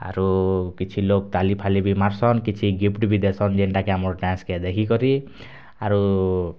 ଆରୁ କିଛି ଲୋଗ୍ ତାଲିଫାଲି ବି ମାର୍ସନ୍ କିଛି ଗିଫ୍ଟ୍ ବି ଦେସନ୍ ଯେନ୍ତା କି ଆମର୍ ଡ଼୍ୟାନ୍ସ କେ ଦେଖିକରି ଆରୁ